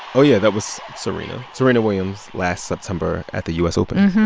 ah yeah. that was serena serena williams last september at the u s. open.